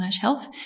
Health